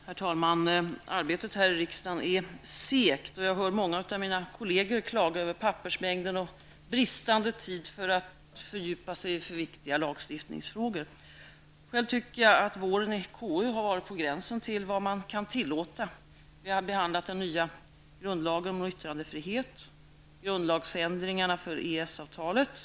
Herr talman! Arbetet här i riksdagen är segt, och jag hör många av mina kolleger klaga över pappersmängden och bristande tid för att fördjupa sig i viktiga lagstiftningsfrågor. Själv tycker jag att våren i KU har varit på gränsen till vad man kan tillåta. Vi har behandlat den nya grundlagen om yttrandefrihet och grundlagsändringarna för EES avtalet.